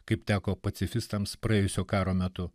kaip teko pacifistams praėjusio karo metu